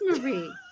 Marie